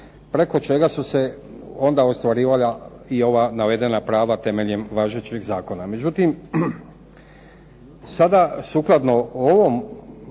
preko čega su se onda ostvarivala i ova navedena prava temeljem važećeg zakona.